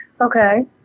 Okay